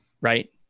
Right